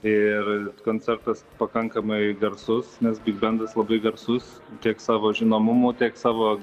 ir konceptas pakankamai garsus nes bigbendas labai garsus tiek savo žinomumu tiek savo